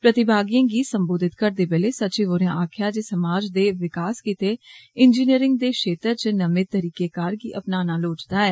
प्रतिभागिएं गी सम्बोधित करेद बेल्ले सचिव होरें आक्खेआ जे समाज दे विकास गितै इंजीनियरिंग दे क्षेत्र च नमें तरीकेकार गी अपनाना लोड़चदा ऐ